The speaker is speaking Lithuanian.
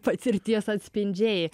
patirties atspindžiai